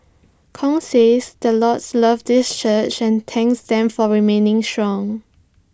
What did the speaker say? Kong says the Lord loves this church and thanks them for remaining strong